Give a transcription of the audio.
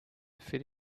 fit